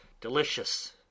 delicious